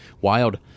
Wild